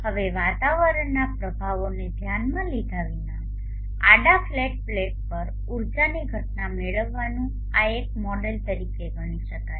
હવે વાતાવરણના પ્રભાવોને ધ્યાનમાં લીધા વિના આડા ફ્લેટ પ્લેટ પર ઉર્જાની ઘટના મેળવવાનું આ એક મોડેલ તરીકે ગણી શકાય